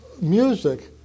music